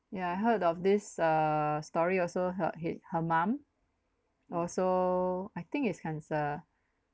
yeah I heard of this err story also her head her mum also I think it's cancer